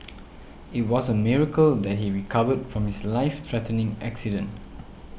it was a miracle that he recovered from his life threatening accident